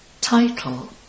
Title